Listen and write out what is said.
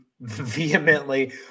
vehemently